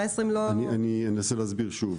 אני אנסה להסביר שוב.